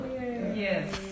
Yes